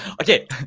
Okay